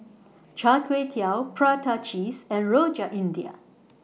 Char Kway Teow Prata Cheese and Rojak India